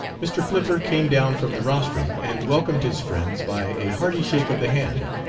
mr. flipper came down from the rostrum and welcomed his friends by a hearty shake of the hand,